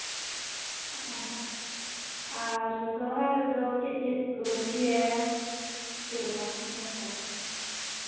ᱟᱨ ᱥᱚᱦᱨᱟᱭ ᱨᱮᱫᱚ ᱪᱮᱫ ᱪᱮᱫ ᱠᱚᱵᱚᱱ ᱪᱤᱠᱟᱹᱭᱟ ᱪᱮᱫ ᱞᱮᱠᱟ ᱱᱤᱭᱚᱢ ᱠᱚ